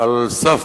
על סף